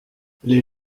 les